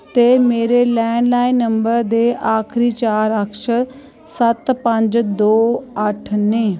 ते मेरे landline number दे आखरी चार अक्षर सत्त पंज दो अट्ठ न